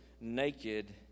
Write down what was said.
naked